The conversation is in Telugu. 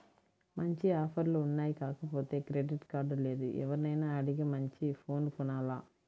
మంచి ఆఫర్లు ఉన్నాయి కాకపోతే క్రెడిట్ కార్డు లేదు, ఎవర్నైనా అడిగి మంచి ఫోను కొనాల